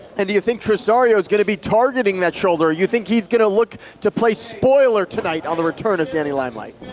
and do you think tresario's gonna be targeting that shoulder? you think he's gonna look to play spoiler tonight on the return of danny limelight?